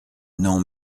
non